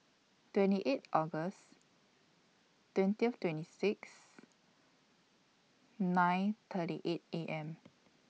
twenty eight August twentieth twenty six nine thirty eight A M